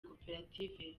koperative